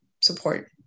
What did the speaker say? support